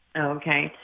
Okay